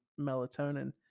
melatonin